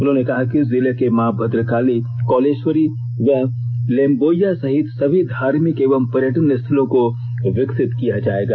उन्होंने कहा कि जिले के मां भद्रकाली कौलेश्वरी व लेम्बोइया सहित सभी धार्मिक एवं पर्यटन स्थलों को विकसित किया जाएगा